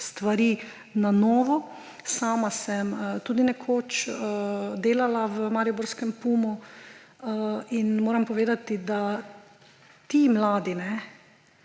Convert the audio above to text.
stvari na novo. Sama sem tudi nekoč delala v mariborskem PUM-O in moram povedati, da ti mladi,